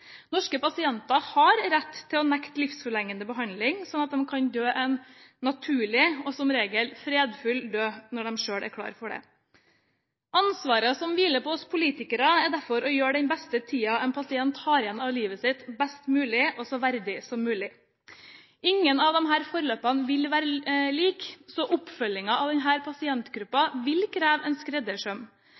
Norske pasienter har rett til å nekte livsforlengende behandling, slik at de kan dø en naturlig – og som regel fredfull – død når de selv er klar for det. Ansvaret som hviler på oss politikere, er derfor å gjøre den tiden en pasient har igjen av livet sitt, best mulig, og så verdig som mulig. Ingen av disse forløpene vil være like, så oppfølgingen av denne pasientgruppen vil kreve en skreddersøm.